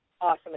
awesome